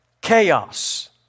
chaos